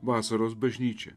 vasaros bažnyčia